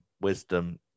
wisdom